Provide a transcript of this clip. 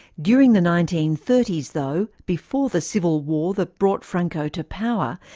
during the nineteen thirty s though, before the civil war that brought franco to power,